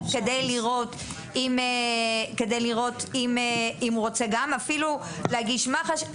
כדי לראות אם הוא רוצה אפילו גם להגיש מח"ש,